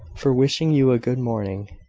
for wishing you a good morning.